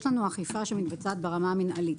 יש לנו אכיפה שמתבצעת ברמה המנהלית,